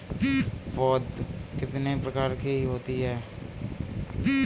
पौध कितने प्रकार की होती हैं?